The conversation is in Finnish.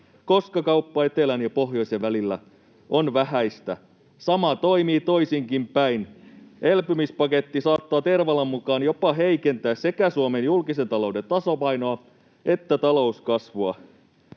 koska kauppa etelän ja pohjoisen välillä on vähäistä. Sama toimii toisinkin päin: elpymispaketti saattaa Tervalan mukaan jopa heikentää sekä Suomen julkisen talouden tasapainoa että talouskasvua.